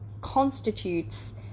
constitutes